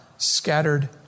scattered